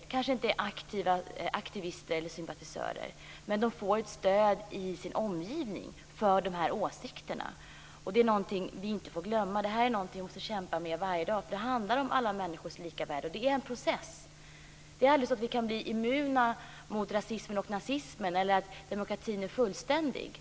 De är kanske inte aktivister eller sympatisörer, men de får stöd i sin omgivning för dessa åsikter. Det är någonting vi inte får glömma. Det här är någonting vi måste kämpa med varje dag. Det handlar om alla människors lika värde. Det är en process. Det är nog aldrig så att vi kan bli immuna mot rasismen och nazismen eller att demokratin är fullständig.